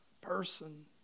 person